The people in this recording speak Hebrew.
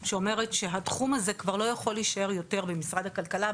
שאומרת שהתחום הזה כבר לא יכול להישאר יותר במשרד הכלכלה,